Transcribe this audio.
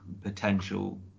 potential